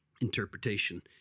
interpretation